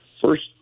first